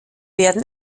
werden